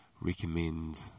recommend